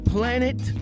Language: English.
Planet